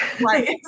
Right